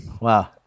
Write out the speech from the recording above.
Wow